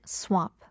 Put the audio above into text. swap